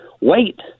Wait